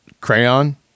Crayon